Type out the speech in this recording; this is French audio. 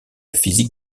physique